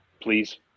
Please